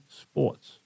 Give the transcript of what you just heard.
sports